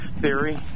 theory